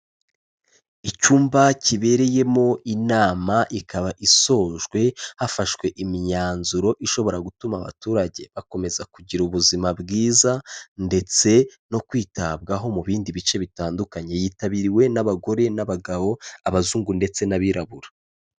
Icyumba kibereyemo inama, ikaba isojwe hafashwe imyanzuro ishobora gutuma abaturage bakomeza kugira ubuzima bwiza ndetse no kwitabwaho mu bindi bice bitandukanye, yitabiriwe n'abagore n'abagabo, abazungu ndetse n'abirabura.